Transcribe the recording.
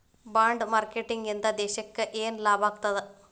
Bond marketing ಇಂದಾ ದೇಶಕ್ಕ ಯೆನ್ ಲಾಭಾಗ್ತದ?